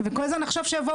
שבו